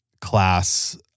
class